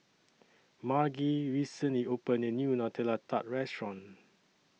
Margy recently opened A New Nutella Tart Restaurant